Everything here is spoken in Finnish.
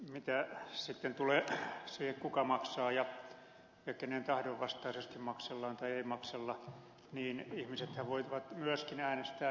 mitä sitten tulee siihen kuka maksaa ja kenen tahdon vastaisesti maksellaan tai ei maksella niin ihmisethän voivat myöskin äänestää jaloillaan